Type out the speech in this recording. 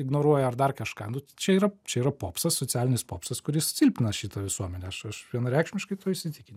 ignoruoja ar dar kažką nu čia yra čia yra popsas socialinis popsas kuris silpnina šitą visuomenę aš aš vienareikšmiškai tuo įsitikin